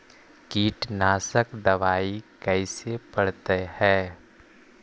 कीटनाशक दबाइ कैसे पड़तै है?